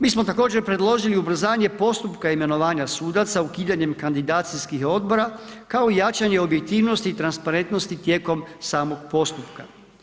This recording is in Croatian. Mi smo također predložili ubrzanje postupka imenovanja sudaca ukidanjem kandidacijskih odbora kao i jačanje objektivnosti i transparentnosti tijekom samog postupka.